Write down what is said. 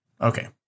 Okay